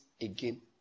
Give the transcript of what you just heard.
again